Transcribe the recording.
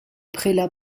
prélats